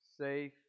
safe